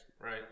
right